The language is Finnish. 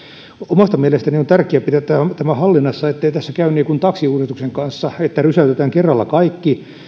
omasta mielestäni on tärkeää pitää tämä hallinnassa ettei tässä käy niin kuin taksiuudistuksen kanssa että rysäytetään kerralla kaikki